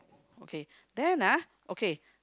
okay then ah okay